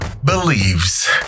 Believes